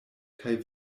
kaj